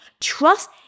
trust